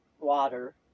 water